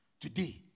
Today